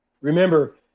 Remember